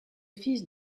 fils